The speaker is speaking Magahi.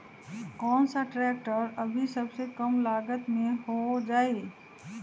कौन सा ट्रैक्टर अभी सबसे कम लागत में हो जाइ?